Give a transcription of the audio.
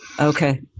Okay